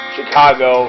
Chicago